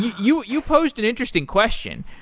you you post an interesting question,